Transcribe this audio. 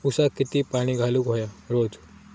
ऊसाक किती पाणी घालूक व्हया रोज?